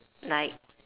like